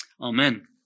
Amen